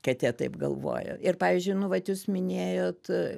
kad jie taip galvoja ir pavyzdžiui nu vat jūs minėjot